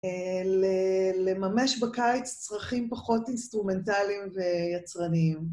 לממש בקיץ צריכים פחות אינסטרומנטליים ויצרניים.